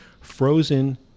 frozen